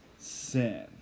Sin